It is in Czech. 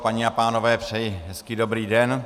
Paní a pánové, přeji hezký dobrý den.